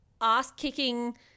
ass-kicking